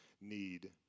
need